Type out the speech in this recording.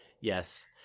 Yes